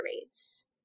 rates